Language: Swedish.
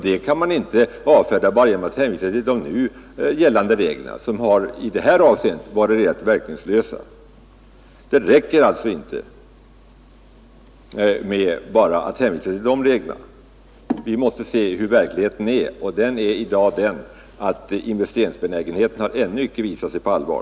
Det kan man inte avfärda bara genom att hänvisa till de nu gällande reglerna som i det här avseendet varit reellt verkningslösa. Det räcker alltså inte med att bara hänvisa till de reglerna. Vi måste se hur verkligheten är, och den är i dag den att investeringsbenägenheten ännu inte har visat sig på allvar.